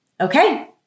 Okay